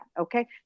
okay